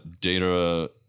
Data